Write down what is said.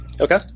Okay